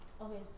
okay